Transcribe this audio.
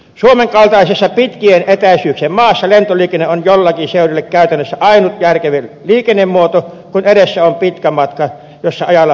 suomen kaltaisessa pitkien etäisyyksien maassa lentoliikenne on joillakin seuduilla käytännössä ainut järkevä liikennemuoto kun edessä on pitkä matka jossa ajalla on merkitystä